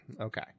Okay